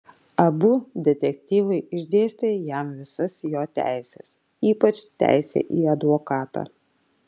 abu detektyvai išdėstė jam visas jo teises ypač teisę į advokatą